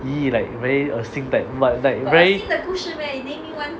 like very 恶心 like what like very